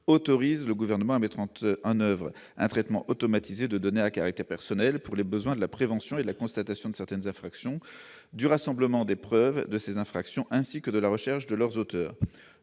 autorisent le Gouvernement à mettre en oeuvre un traitement automatisé de données à caractère personnel « pour les besoins de la prévention et de la constatation de certaines infractions, du rassemblement des preuves de ces infractions ainsi que de la recherche de leurs auteurs